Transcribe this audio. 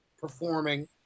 performing